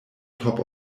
top